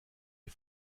die